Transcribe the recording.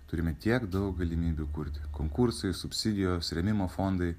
turime tiek daug galimybių kurti konkursui subsidijos rėmimo fondai